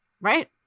Right